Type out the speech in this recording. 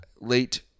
Late